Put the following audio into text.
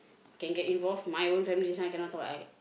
can get involved my own family this one I cannot talk I